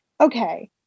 okay